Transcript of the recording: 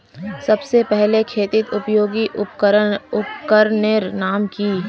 सबसे पहले खेतीत उपयोगी उपकरनेर नाम की?